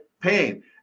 Pain